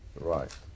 Right